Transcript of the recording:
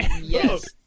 yes